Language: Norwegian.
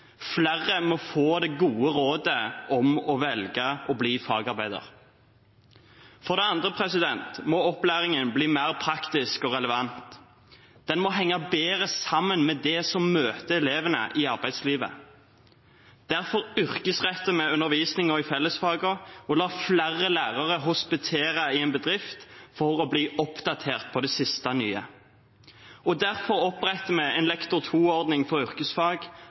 Flere må få det gode rådet om å velge å bli fagarbeider. For det andre må opplæringen bli mer praktisk og relevant. Den må henge bedre sammen med det som møter elevene i arbeidslivet. Derfor yrkesretter vi undervisningen i fellesfagene og lar flere lærere hospitere i en bedrift for å bli oppdatert på det siste nye. Og derfor oppretter vi Lektor 2-ordningen for yrkesfag,